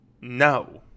no